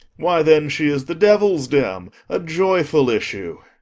why, then she is the devil's dam a joyful issue.